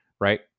right